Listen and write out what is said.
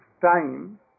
time